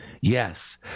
yes